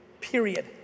period